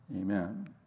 Amen